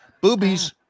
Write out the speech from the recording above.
Boobies